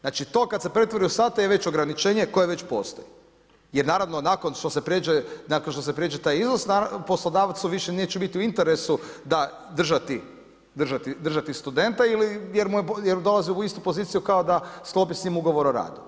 Znači to kada se pretvori u sate je već ograničenje koje postoji jer naravno nakon što se pređe taj iznos poslodavcu više neće biti u interesu držati studenta jer dolazi u istu poziciju kao da sklopi s njim ugovor o radu.